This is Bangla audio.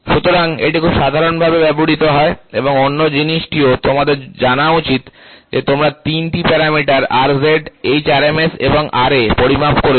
সুতরাং এটি খুব সাধারণভাবে ব্যবহৃত হয় এবং অন্য জিনিসটিও তোমাদের জানা উচিত যে তোমরা তিনটি প্যারামিটার Rz hRMS এবং Ra পরিমাপ করেছ